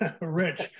Rich